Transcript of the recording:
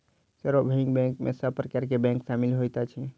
सार्वभौमिक बैंक में सब प्रकार के बैंक शामिल होइत अछि